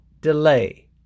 delay